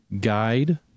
guide